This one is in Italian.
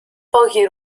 pochi